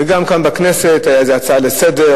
וגם כאן בכנסת היתה איזו הצעה לסדר-היום,